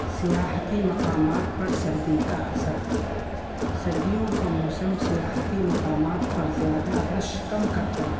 سیاحتی مقامات پر سردی کا اثر سردیوں کا موسم سیاحتی مقامات پر زیادہ رش کم کرتا ہے